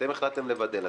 אתם החלטתם לבדל עצמכם,